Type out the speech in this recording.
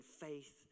faith